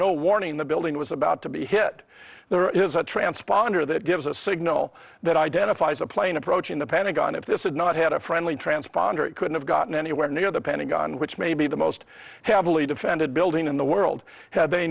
no warning the building was about to be hit there is a transponder that gives a signal that identifies a plane approaching the pentagon if this had not had a friendly transponder it could have gotten anywhere near the pentagon which may be the most heavily defended building in the world had they